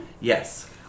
Yes